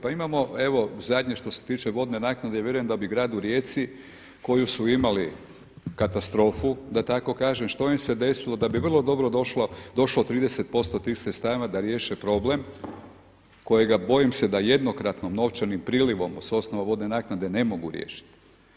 Pa imamo evo zadnje što se tiče vodne naknade vjerujem da bi gradu Rijeci koji su imali katastrofu da tako kažem, što im se desilo da bi vrlo dobro došlo 30 posto tih sredstava da riješe problem kojega bojim se da jednokratno novčanim prilivom s osnova vodne naknade ne mogu riješiti.